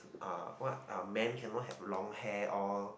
ah what uh men cannot have long hair all